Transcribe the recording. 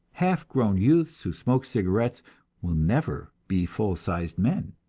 half-grown youths who smoke cigarettes will never be full-sized men